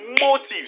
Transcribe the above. motives